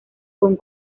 con